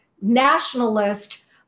nationalist